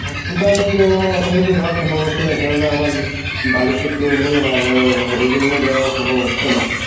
হসপিটালকে এখন তো যাওয়া সম্ভব হচ্ছে না কেননা আমার বাড়িতে কেউ নেই আর ওই জন্য যাওয়া সম্ভব হচ্ছে না